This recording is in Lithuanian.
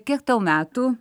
kiek tau metų